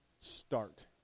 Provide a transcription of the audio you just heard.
start